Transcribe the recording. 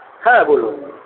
হ্যাঁ বলুন